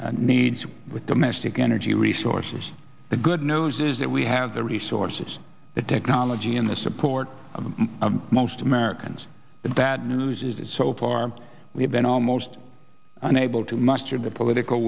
needs with domestic energy resources the good news is that we have the resources the technology and the support of most americans the bad news is that so far we have been almost unable to muster the political